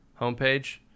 homepage